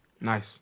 Nice